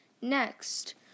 Next